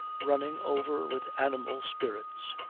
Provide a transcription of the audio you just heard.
running over with animal spirits.